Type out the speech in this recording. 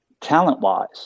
talent-wise